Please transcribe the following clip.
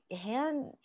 hand